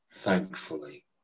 thankfully